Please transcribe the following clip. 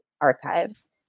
archives